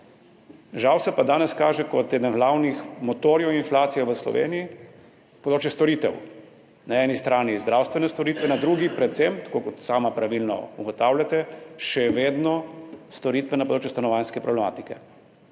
Žal se pa danes kaže kot eden glavnih motorjev inflacije v Sloveniji področje storitev, na eni strani zdravstvene storitve, na drugi predvsem, tako kot sami pravilno ugotavljate, še vedno storitve na področju stanovanjske problematike.